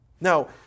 Now